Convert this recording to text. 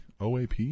OAP